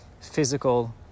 physical